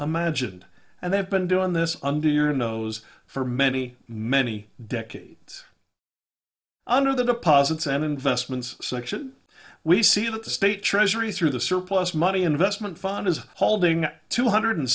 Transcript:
imagined and they have been doing this under your nose for many many decades under the deposits and investments section we see that the state treasury through the surplus money investment fund is holding two hundred